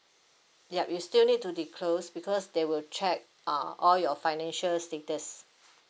yup you still need to disclose because they will check uh all your financial status